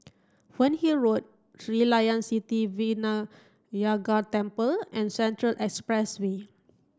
Fernhill Road Sri Layan Sithi Vinayagar Temple and Central Expressway